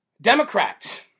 Democrats